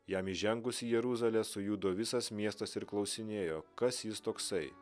jam įžengus į jeruzalę sujudo visas miestas ir klausinėjo kas jis toksai